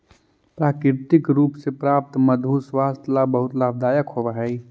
प्राकृतिक रूप से प्राप्त मधु स्वास्थ्य ला बहुत लाभदायक होवअ हई